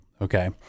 Okay